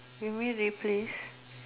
you mean replace